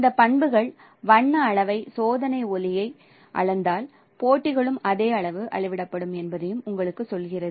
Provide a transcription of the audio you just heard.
இந்த பண்புகள் வண்ண அளவை சோதனை ஒளியை அளந்தால் போட்டிகளும் அதே அளவு அளவிடப்படும் என்பதையும் உங்களுக்கு சொல்கிறது